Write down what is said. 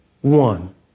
one